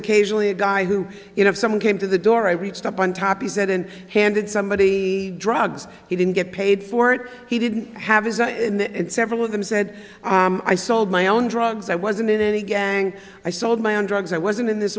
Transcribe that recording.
occasionally a guy who you know if someone came to the door i reached up on top he said and handed somebody drugs he didn't get paid for it he didn't have his and several of them said i sold my own drugs i wasn't in any gang i sold my own drugs i wasn't in this